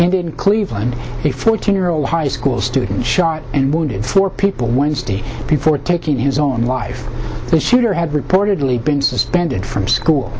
ended in cleveland a fourteen year old high school student shot and wounded four people wednesday before taking his own life the shooter had reportedly been suspended from school